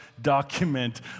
document